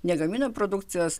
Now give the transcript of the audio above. negamina produkcijos